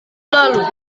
lalu